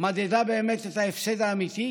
מדדה באמת את ההפסד האמיתי,